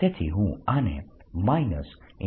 તેથી હું આને Jr